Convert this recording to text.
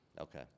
Okay